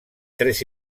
tres